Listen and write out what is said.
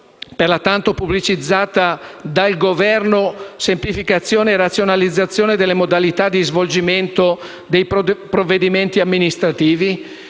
della tanto pubblicizzata dal Governo semplificazione e razionalizzazione delle modalità di svolgimento dei procedimenti amministrativi?